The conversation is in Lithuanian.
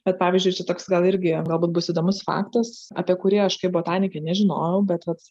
bet pavyzdžiui čia toks gal irgi galbūt bus įdomus faktas apie kurį aš kaip botanikė nežinojau bet vat